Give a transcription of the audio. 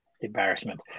embarrassment